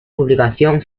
publicación